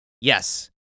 Yes